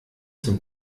zum